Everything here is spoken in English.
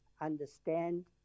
understand